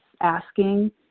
asking